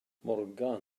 morgan